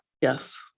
yes